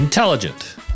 Intelligent